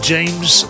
James